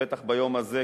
בטח ביום הזה,